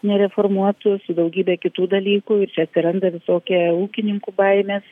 nereformuotu su daugybe kitų dalykų ir čia atsiranda visokie ūkininkų baimes